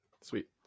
sweet